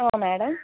ഓ madam